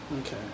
Okay